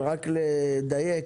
רק לדייק.